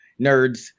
nerds